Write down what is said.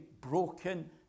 broken